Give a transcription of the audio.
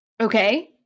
Okay